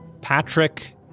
Patrick